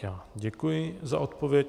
Já děkuji za odpověď.